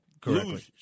correctly